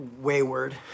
wayward